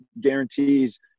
guarantees